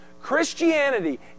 Christianity